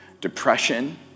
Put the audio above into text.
depression